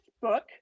book